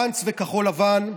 גנץ וכחול לבן,